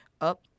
up